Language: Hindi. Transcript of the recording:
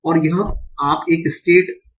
और यह आप एक स्टेट tn